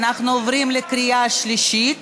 אנחנו עוברים לקריאה שלישית.